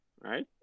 right